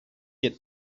get